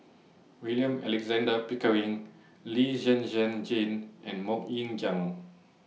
William Alexander Pickering Lee Zhen Zhen Jane and Mok Ying Jang